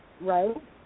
right